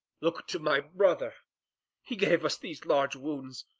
look to my brother he gave us these large wounds,